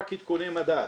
רק עדכוני מדד.